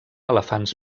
elefants